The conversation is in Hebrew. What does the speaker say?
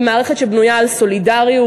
היא מערכת שבנויה על סולידריות,